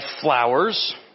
flowers